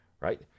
right